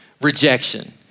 rejection